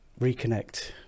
reconnect